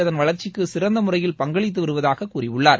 அதன் வளர்ச்சிக்கு சிறந்த முறையில் பங்களித்து வருவதாக கூறியுள்ளார்